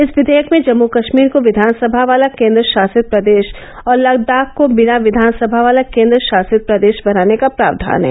इस विधेयक में जम्म कश्मीर को विधानसभा वाला केन्द्रशासित प्रदेश और लद्दाख को बिना विधानसभा वाला केन्द्रशासित प्रदेश बनाने का प्रावधान है